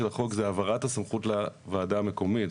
החוק זה העברת הסמכות לוועדה המקומית.